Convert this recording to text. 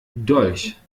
dolch